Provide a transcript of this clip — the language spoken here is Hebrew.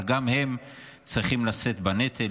אבל גם הם צריכים לשאת בנטל,